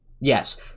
yes